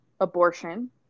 abortion